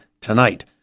tonight